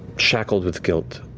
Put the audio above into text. shackled with guilt,